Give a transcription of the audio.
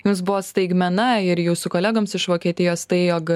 jums buvo staigmena ir jūsų kolegoms iš vokietijos tai jog